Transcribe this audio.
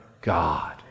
God